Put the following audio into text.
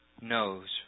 knows